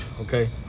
okay